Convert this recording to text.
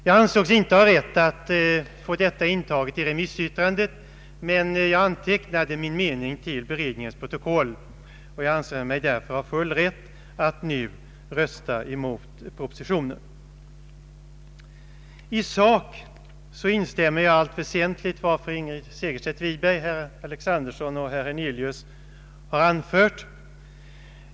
Jag ansågs inte ha rätt att få detta intaget i remissyttrandet, men jag antecknade min mening till beredningens protokoll, och jag anser mig därför ha full rätt att nu rösta emot propositionen. I sak instämmer jag i allt väsentligt med vad fru Segerstedt Wiberg samt herrar Alexanderson och Hernelius anfört.